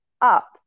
up